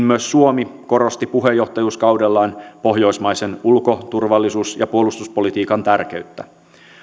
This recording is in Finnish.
myös suomi korosti puheenjohtajuuskaudellaan pohjoismaisen ulko turvallisuus ja puolustuspolitiikan tärkeyttä